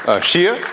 ah shia.